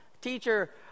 teacher